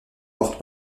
porte